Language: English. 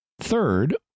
Third